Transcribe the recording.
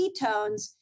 ketones